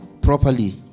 properly